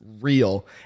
real